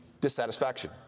dissatisfaction